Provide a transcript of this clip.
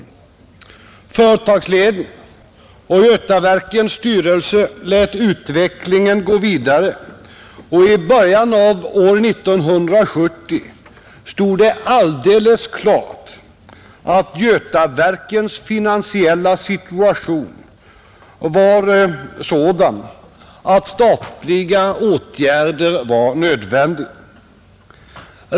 Företagsledningen och Götaverkens styrelse lät utvecklingen gå vidare, och i början av år 1970 var det alldeles uppenbart att Götaverkens finansiella situation var sådan att statliga åtgärder var nödvändiga.